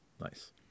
Nice